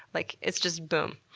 like, it's just, boom.